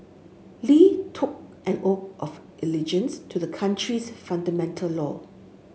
Li took an O of allegiance to the country's fundamental law